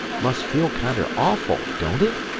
must feel kinder awful, don't it?